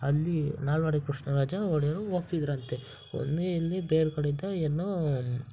ಅಲ್ಲಿ ನಾಲ್ವಡಿ ಕೃಷ್ಣರಾಜ ಒಡೆಯರು ಹೋಗ್ತಿದ್ರಂತೆ ಒನ್ನಿ ಇಲ್ಲಿ ಬೇರೆ ಕಡೆ ಇದ್ದ ಎಲ್ಲೋ